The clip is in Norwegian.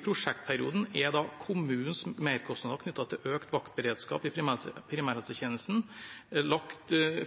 prosjektperioden er kommunens merkostnader knyttet til økt vaktberedskap i primærhelsetjenesten